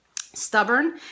stubborn